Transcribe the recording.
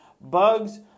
Bugs